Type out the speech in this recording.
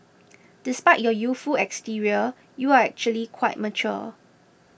despite your youthful exterior you're actually quite mature